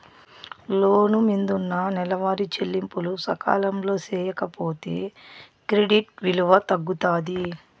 లోను మిందున్న నెలవారీ చెల్లింపులు సకాలంలో సేయకపోతే క్రెడిట్ విలువ తగ్గుతాది